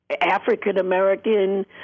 African-American